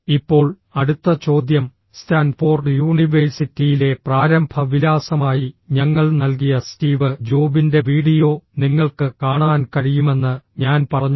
ഇപ്പോൾ അടുത്ത ചോദ്യം സ്റ്റാൻഫോർഡ് യൂണിവേഴ്സിറ്റിയിലെ പ്രാരംഭ വിലാസമായി ഞങ്ങൾ നൽകിയ സ്റ്റീവ് ജോബിന്റെ വീഡിയോ നിങ്ങൾക്ക് കാണാൻ കഴിയുമെന്ന് ഞാൻ പറഞ്ഞു